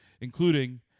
including